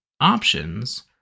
options